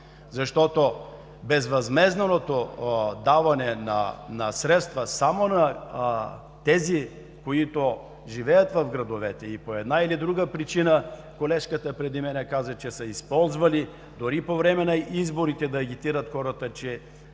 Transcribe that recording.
защото безвъзмездното даване на средства само на тези, които живеят в градовете и по една или друга причина, колежката преди мен каза, че са използвали дори по време на изборите да агитират хората, че,